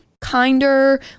kinder